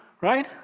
right